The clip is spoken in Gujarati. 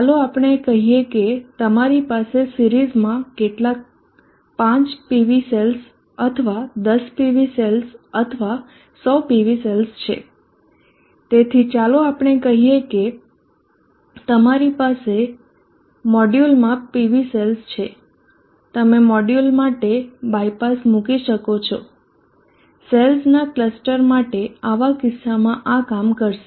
ચાલો આપણે કહીએ કે તમારી પાસે સિરીઝમાં કેટલાક 5 PV સેલ્સ અથવા 10 PV સેલ્સ અથવા 100 PV સેલ્સ છે તેથી ચાલો આપણે કહીએ કે કે તમારી પાસે મોડ્યુલમાં PV સેલ્સ છે તમે મોડ્યુલ માટે બાયપાસ મૂકી શકો છો સેલ્સના ક્લસ્ટર માટે આવા કિસ્સામાં આ કામ કરશે